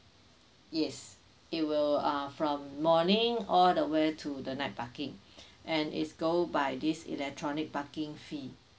yes it will uh from morning all the way to the night parking and is go by this electronic parking fee